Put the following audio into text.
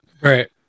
Right